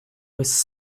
was